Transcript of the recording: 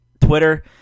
Twitter